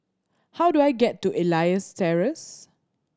how do I get to Elias Terrace